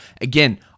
Again